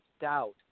doubt